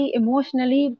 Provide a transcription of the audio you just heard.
emotionally